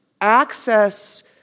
access